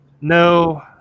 No